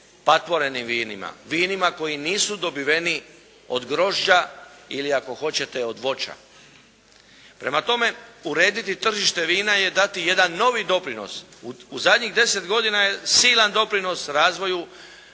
patvorenim vinima, vinima koji nisu dobiveni od grožđa ili ako hoćete od voća. Prema tome, urediti tržište vina je dati jedan novi doprinos, u zadnjih 10 godina je silan doprinos razvoju